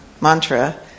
mantra